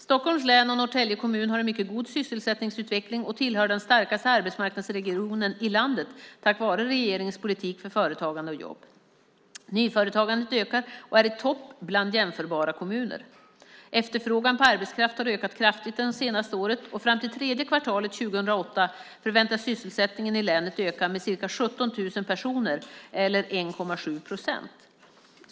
Stockholms län och Norrtälje kommun har en mycket god sysselsättningsutveckling och tillhör den starkaste arbetsmarknadsregionen i landet tack vare regeringens politik för företagande och jobb. Nyföretagandet ökar och är i topp bland jämförbara kommuner. Efterfrågan på arbetskraft har ökat kraftigt det senaste året. Fram till tredje kvartalet 2008 förväntas sysselsättningen i länet öka med ca 17 000 personer, eller 1,7 procent.